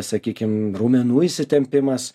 sakykim raumenų įsitempimas